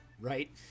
right